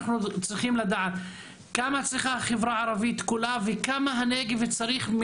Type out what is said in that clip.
אנחנו צריכים לדעת כמה צריכה החברה הערבית כולה וכמה הנגב צריך?